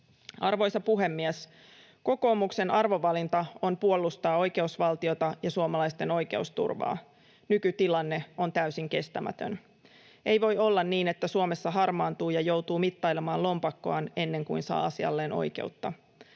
Arvoisa puhemies! Kokoomuksen arvovalinta on puolustaa oikeusvaltiota ja suomalaisten oikeusturvaa. Nykytilanne on täysin kestämätön. Ei voi olla niin, että Suomessa harmaantuu ja joutuu mittailemaan lompakkoaan ennen kuin saa asialleen oikeutta.